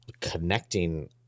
connecting